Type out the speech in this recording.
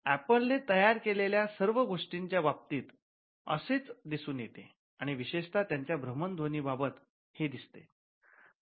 ample ने तयार केलेल्या सर्व गोष्टींच्या बाबतीत असेच दिसून येते आणि विशेषतः त्यांच्या भ्रमण ध्वनी बाबत हे दिसते